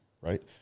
right